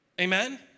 Amen